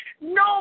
no